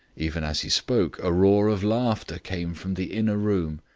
even as he spoke a roar of laughter came from the inner room.